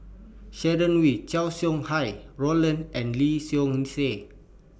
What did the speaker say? Sharon Wee Chow Sau Hai Roland and Lee Seow Ser